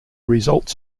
results